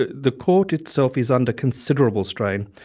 ah the court itself is under considerable strain.